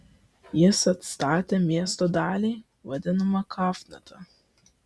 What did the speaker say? jis atstatė miesto dalį vadinamą kafnata